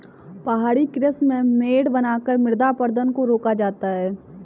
पहाड़ी कृषि में मेड़ बनाकर मृदा अपरदन को रोका जाता है